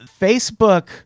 Facebook